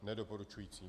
Nedoporučující.